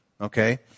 okay